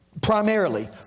primarily